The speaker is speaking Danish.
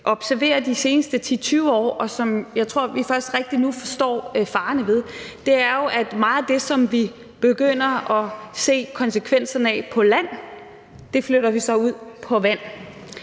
observere de seneste 10-20 år, og som jeg tror vi først nu rigtig forstår faren ved, er jo, at meget af det, som vi begynder at se konsekvenserne af på land, flytter vi så ud på vand.